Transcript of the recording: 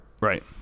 Right